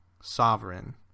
Sovereign